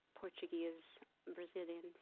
Portuguese-Brazilian